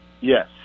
Yes